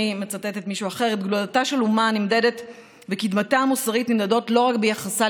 אני מצטטת מישהו אחר: "גדולתה של אומה וקדמתה המוסרית נמדדות לא רק ביחסה